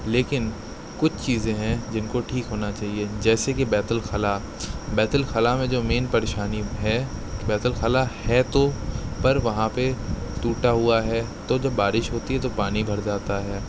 لیکن کچھ چیزیں ہیں جن کو ٹھیک ہونا چاہیے جیسے کہ بیت الخلاء بیت الخلاء میں جو مین پریشانی ہے بیت الخلاء ہے تو پر وہاں پہ ٹوٹا ہوا ہے تو جب بارش ہوتی ہے تو پانی بھر جاتا ہے